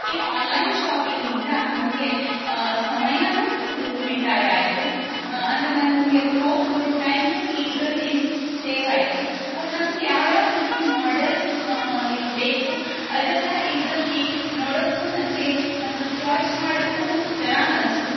ಈ ಆನ್ಲೈನ್ ಶಾಪಿಂಗಿಂದ ನನಗೆ ಸಮಯಾ ಉಳಿತಾಯ ಆಯಿತು ಮ ಅಂದರೆ ನನಗೆ ಹೋಗಿ ಬರೋ ಟೈಮು ಇದರಲ್ಲಿ ಸೇವಾಯ್ತು ಮತ್ತು ನಮ್ಗೆ ಯಾವ್ಯಾವ ರೀತಿ ಮೋಡಲ್ಸ್ ಲಿನ್ ಬೇಕು ಅದೆಲ್ಲ ಇದರಲ್ಲಿ ನೋಡೋಕ್ಕು ನನಗೆ ಮತ್ತು ಚಾಯ್ಸ್ ಮಾಡೋಕ್ಕು ಚೆನ್ನಾಗನಿಸ್ತು